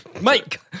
Mike